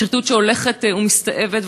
שחיתות שהולכת ומסתאבת,